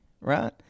right